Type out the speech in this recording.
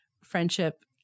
friendship